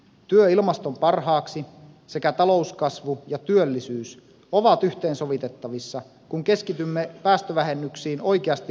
työ ilmaston parhaaksi sekä talouskasvu ja työllisyys ovat yhteensovitettavissa kun keskitymme päästövähennyksiin oikeasti vaikuttavilla keinoilla